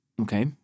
Okay